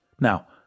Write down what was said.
Now